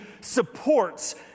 supports